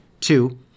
Two